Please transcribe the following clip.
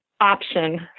option